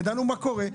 ידענו מה קורה,